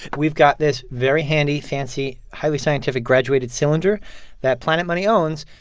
we've got this very handy, fancy, highly scientific graduated cylinder that planet money owns,